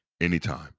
anytime